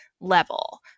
level